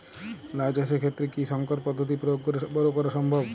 লাও চাষের ক্ষেত্রে কি সংকর পদ্ধতি প্রয়োগ করে বরো করা সম্ভব?